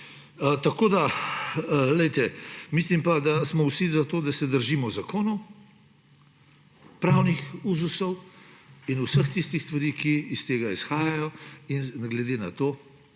manj pomembno. Mislim pa, da smo vsi za to, da se držimo zakonov, pravnih uzusov in vseh tistih stvari, ki iz tega izhajajo. Glede na to